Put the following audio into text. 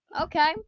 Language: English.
Okay